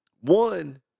one